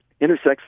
intersects